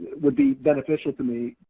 would be beneficial to me.